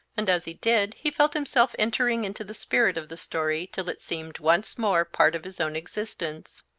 and as he did, he felt himself entering into the spirit of the story till it seemed once more part of his own existence.